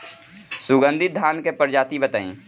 सुगन्धित धान क प्रजाति बताई?